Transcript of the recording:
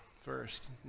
first